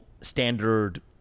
standard